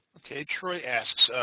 okay, troy asks,